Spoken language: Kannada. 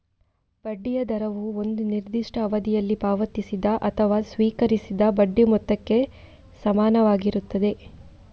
ಬಡ್ಡಿಯ ದರವು ಒಂದು ನಿರ್ದಿಷ್ಟ ಅವಧಿಯಲ್ಲಿ ಪಾವತಿಸಿದ ಅಥವಾ ಸ್ವೀಕರಿಸಿದ ಬಡ್ಡಿ ಮೊತ್ತಕ್ಕೆ ಸಮಾನವಾಗಿರುತ್ತದೆ